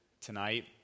tonight